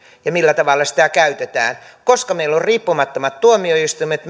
ja sen millä tavalla sitä käytetään koska meillä on riippumattomat tuomioistuimet